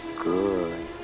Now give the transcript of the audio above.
good